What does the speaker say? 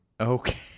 Okay